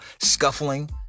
scuffling